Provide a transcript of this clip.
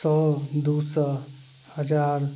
सए दू सए हजार